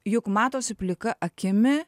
juk matosi plika akimi